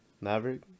Maverick